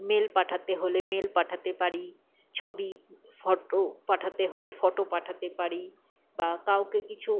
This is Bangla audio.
মেল পাঠাতে হলে মেল পাঠাতে পারি ছবি ফটো পাঠাতে হলে ফটো পাঠাতে পারি বা কাউকে কিছু